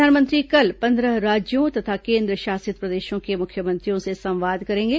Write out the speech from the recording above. प्रधानमंत्री कल पन्द्रह राज्यों तथा केंद्रशासित प्रदेशों के मुख्यमंत्रियों से संवाद करेंगे